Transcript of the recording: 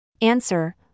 Answer